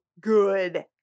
good